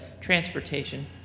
transportation